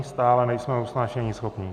Stále nejsme usnášeníschopní.